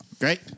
Great